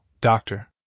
doctor